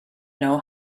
know